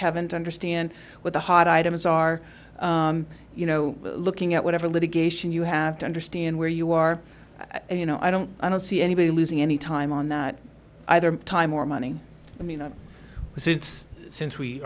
kevin to understand where the hot items are you know looking at whatever litigation you have to understand where you are you know i don't i don't see anybody losing any time on that either time or money i mean since since we